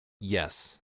Yes